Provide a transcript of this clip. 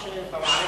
או במערכת?